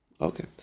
Okay